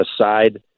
aside